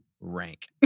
rank